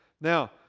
Now